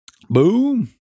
Boom